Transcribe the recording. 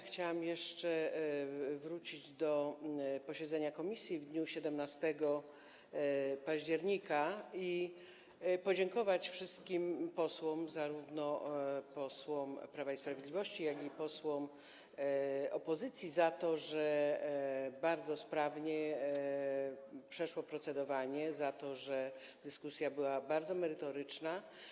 Chciałam jeszcze wrócić do posiedzenia komisji w dniu 17 października i podziękować wszystkim posłom, zarówno posłom Prawa i Sprawiedliwości, jak i posłom opozycji, za to, że bardzo sprawnie przeszło procedowanie, za to, że dyskusja była bardzo merytoryczna.